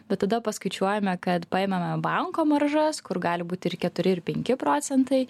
bet tada paskaičiuojame kad paėmėme banko maržas kur gali būti ir keturi ir penki procentai